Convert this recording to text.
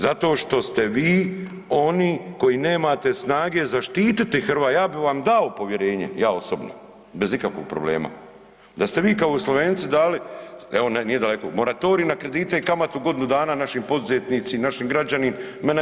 Zato što ste vi oni koji nemate snage zaštititi, ja bi vam dao povjerenje, ja osobno bez ikakvog problem da ste vi kao Slovenci dali, evo nije daleko, moratorij na kredite i kamatu godinu dana našim poduzetnicima, našim građanima.